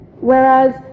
Whereas